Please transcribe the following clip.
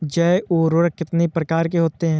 जैव उर्वरक कितनी प्रकार के होते हैं?